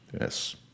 Yes